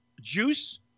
Juice